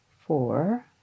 four